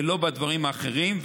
ולא בדברים האחרים.